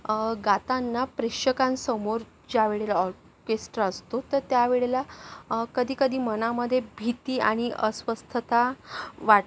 गातांना प्रेक्षकांसमोर ज्या वेळेला ऑरकेस्ट्रा असतो तर त्या वेळेला कधी कधी मनामध्ये भीती आणि अस्वस्थता वाटते